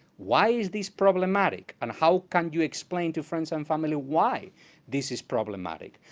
why is this problematic, and how can you explain to friends and family why this is problematic?